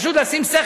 פשוט לשים,